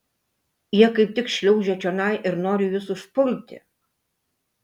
jie kaip tik šliaužia čionai ir nori jus užpulti